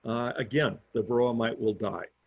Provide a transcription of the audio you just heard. again the varroa mite will die.